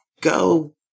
Go